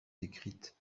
décrites